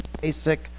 basic